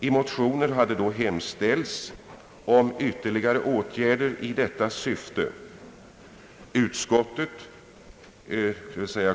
I motioner hade då hemställts om ytterligare åtgärder i detta syfte.